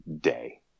day